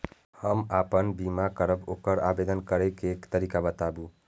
हम आपन बीमा करब ओकर आवेदन करै के तरीका बताबु?